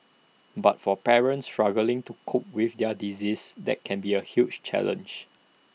but for parents struggling to cope with their disease that can be A huge challenge